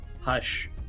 Hush